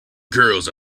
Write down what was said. girls